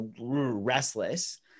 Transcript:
restless